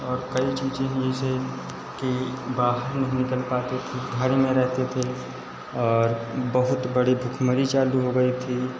और कई चीज़ीं हैं जैसे कि बहार नहीं निकल पाते थे घर में रहते थे और बहुत बड़े भूखमरी चालू हो गई थी